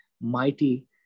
mighty